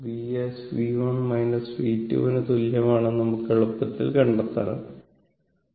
Vs V1 V2 ന് തുല്യമാണെന്ന് നമുക്ക് എളുപ്പത്തിൽ കണ്ടെത്താനാകും